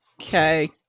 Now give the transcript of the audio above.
Okay